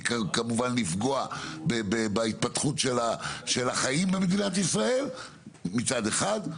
כמובן לפגוע בהתפתחות של החיים במדינת ישראל מצד אחד,